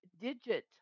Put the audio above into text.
digit